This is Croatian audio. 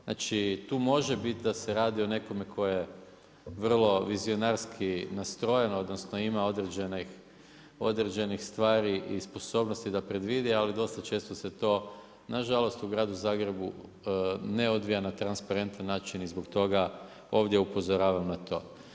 Znači tu može biti da se radi o nekome tko je vrlo vizionarski nastrojen, odnosno, ima određenih stvari i sposobnosti da predvidi, ali dosta često se to nažalost u gradu Zagrebu ne odvija na transparentan način i zbog toga ovdje upozoravam na to.